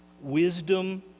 Wisdom